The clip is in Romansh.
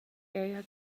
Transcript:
era